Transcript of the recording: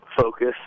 focus